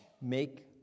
make